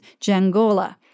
Jangola